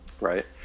right